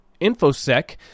InfoSec